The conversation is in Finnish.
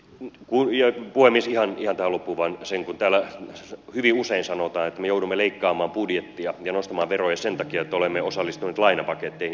ihan tähän loppuun vain se kun täällä hyvin usein sanotaan että me joudumme leikkaamaan budjettia ja nostamaan veroja sen takia että olemme osallistuneet lainapaketteihin